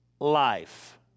life